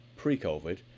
Pre-COVID